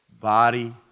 body